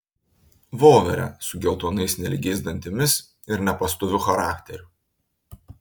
voverę su geltonais nelygiais dantimis ir nepastoviu charakteriu